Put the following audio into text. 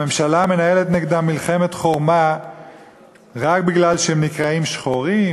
הממשלה מנהלת נגדם מלחמת חורמה רק בגלל שהם נקראים "שחורים",